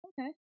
Okay